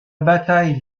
bataille